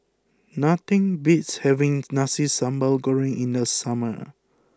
nothing beats having Nasi Sambal Goreng in the summer